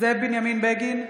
זאב בנימין בגין,